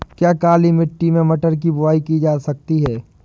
क्या काली मिट्टी में मटर की बुआई की जा सकती है?